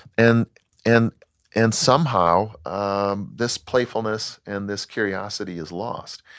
and and and somehow um this playfulness and this curiosity is lost.